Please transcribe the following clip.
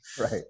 Right